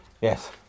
Yes